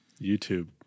YouTube